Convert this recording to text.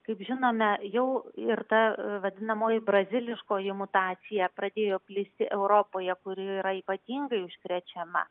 kaip žinome jau ir ta vadinamoji braziliškoji mutacija pradėjo plisti europoje kuri yra ypatingai užkrečiama